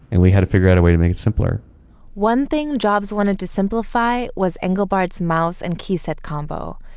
and we had to figure out a way to make it simpler one thing jobs wanted to simplify was engelbart's mouse and keyset combo.